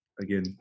again